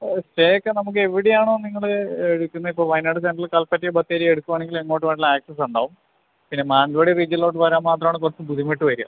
stay ഒക്കെ നമുക്ക് എവിടെയാണോ നിങ്ങൾ എടുക്കുന്നത് ഇപ്പം വയനാട് സെൻ്ററിൽ കൽപ്പറ്റയോ ബത്തേരിയോ എടുക്കുവാണെങ്കിൽ എങ്ങോട്ട് വേണമെങ്കിലും ആക്സസ് ഉണ്ടാവും പിന്നെ മാനന്തവാടി റീജിയനിലോട്ട് വരാൻ മാത്രമാണ് കുറച്ച് ബുദ്ധിമുട്ട് വരിക